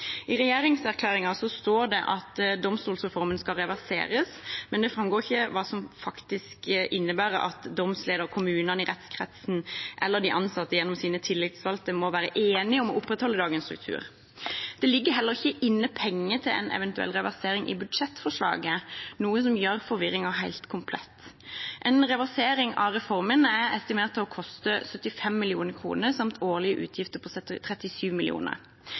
I regjeringserklæringen står det at domstolsreformen skal reverseres, men det framgår ikke hva som faktisk innebærer at domsleder og kommunene i rettskretsen eller de ansatte gjennom sine tillitsvalgte må være enige om å opprettholde dagens struktur. Det ligger heller ikke inne penger til en eventuell reversering i budsjettforslaget, noe som gjør forvirringen helt komplett. En reversering av reformen er estimert til å koste 75 mill. kr samt årlige utgifter på 37